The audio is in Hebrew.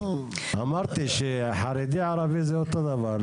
אמרתי שחרדי, ערבי, זה אותו דבר.